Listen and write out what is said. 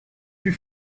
plus